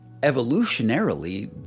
evolutionarily